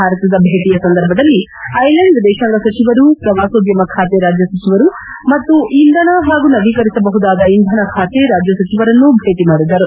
ಭಾರತದ ಭೇಟಿಯ ಸಂದರ್ಭದಲ್ಲಿ ಐಲ್ಲಾಂಡ್ ಎದೇಶಾಂಗ ಸಚಿವರು ಪ್ರವಾಸೋದ್ಲಮ ಖಾತೆ ರಾಜ್ಲ ಸಚಿವರು ಹಾಗೂ ಇಂಧನ ಮತ್ತು ನವೀಕರಿಸಬಹುದಾದ ಇಂಧನ ಖಾತೆ ರಾಜ್ಯ ಸಚಿವರನ್ನೂ ಭೇಟಿ ಮಾಡಿದರು